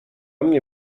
mnie